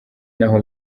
naho